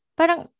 parang